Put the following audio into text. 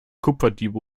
kupferdiebe